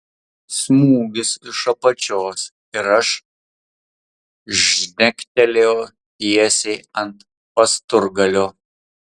smūgis iš apačios ir aš žnektelėjau tiesiai ant pasturgalio